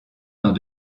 dans